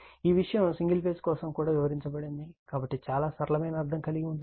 ఈ విషయం single phase కోసం కూడా వివరించబడింది కాబట్టి చాలా సరళమైన అర్ధం కలిగి ఉంది